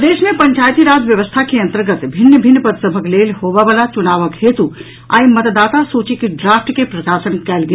प्रदेश मे पंचायती राज व्यवस्था के अन्तर्गत भिन्न भिन्न पद सभक लेल होबय वलाक चुनावक हेतु आई मतदाता सूचीक ड्राफ्ट के प्रकाशन कयल गेल